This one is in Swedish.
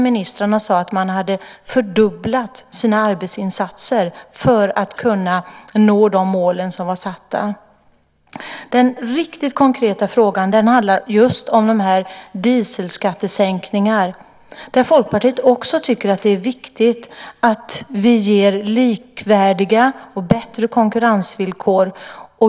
Ministrarna sade att man hade fördubblat sina arbetsinsatser för att kunna nå de mål som var uppsatta. Den riktigt konkreta frågan handlar just om det här med dieselskattesänkningar, där Folkpartiet tycker att det är viktigt att vi ger likvärdiga och bättre konkurrensvillkor.